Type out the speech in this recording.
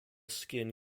skin